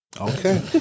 Okay